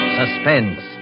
suspense